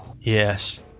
Yes